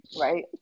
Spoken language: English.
Right